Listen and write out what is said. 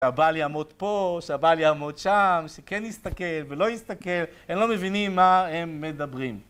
שהבעל יעמוד פה, שהבעל יעמוד שם, שכן יסתכל ולא יסתכל, הם לא מבינים מה הם מדברים.